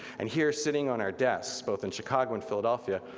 and here sitting on our desks, both in chicago and philadelphia,